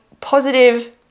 positive